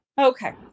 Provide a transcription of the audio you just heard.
Okay